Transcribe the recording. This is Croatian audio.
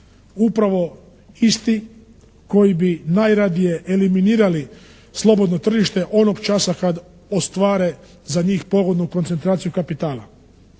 upravo isti koji bi najradije eliminirali slobodno tržište onog časa kad ostvare za njih pogodnu koncentraciju kapitala.